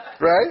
Right